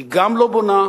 היא גם לא בונה,